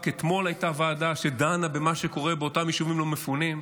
רק אתמול הייתה ועדה שדנה במה שקורה באותם יישובים לא מפונים,